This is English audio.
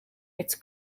its